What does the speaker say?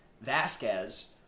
Vasquez